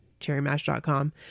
cherrymash.com